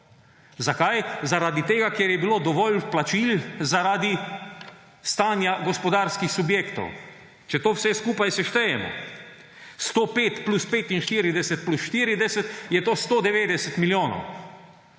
Zakaj? Zaradi tega ker je bilo dovolj vplačil zaradi stanja gospodarskih subjektov. Če to vse skupaj seštejemo, 105 plus 45 plus 40, je to 190 milijonov